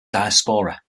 diaspora